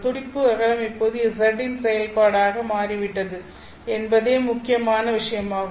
துடிப்பு அகலம் இப்போது z இன் செயல்பாடாக மாறிவிட்டது என்பதே முக்கியமான விஷயமாகும்